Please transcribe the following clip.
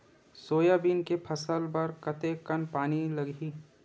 Soybean के फसल बर कतेक कन पानी लगही?